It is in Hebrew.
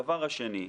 הדבר השני,